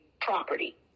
property